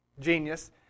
genius